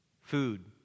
Food